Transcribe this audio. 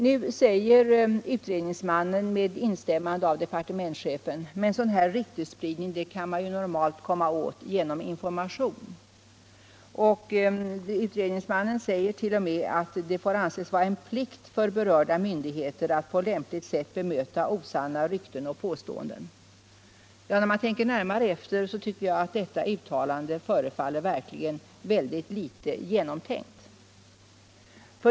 Nu säger utredningsmannen med instämmande av departementschefen att sådan här ryktesspridning kan man normalt komma åt genom information. Utredningsmannen säger t.o.m. att det får anses vara en plikt för berörda myndigheter att på lämpligt sätt bemöta osanna rykten och påståenden. När jag tänker närmare efter, tycker jag att detta uttalande verkligen förefaller ytterst litet genomtänkt.